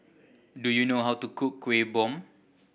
do you know how to cook Kuih Bom